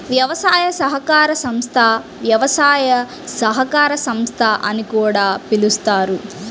వ్యవసాయ సహకార సంస్థ, వ్యవసాయ సహకార సంస్థ అని కూడా పిలుస్తారు